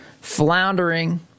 floundering